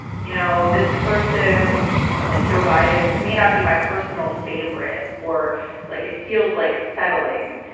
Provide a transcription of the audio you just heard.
you know, this person like joe biden may not be my personal favorite or like it feels like settling,